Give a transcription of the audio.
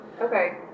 Okay